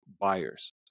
buyers